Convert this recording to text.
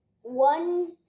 one